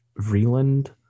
Vreeland